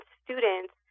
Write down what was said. students